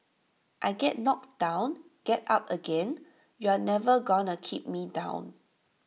I get knocked down get up again you're never gonna keep me down